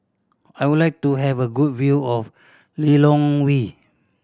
I would like to have a good view of Lilongwe